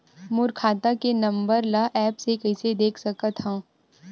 मोर खाता के नंबर ल एप्प से कइसे देख सकत हव?